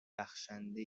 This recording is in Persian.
بخشنده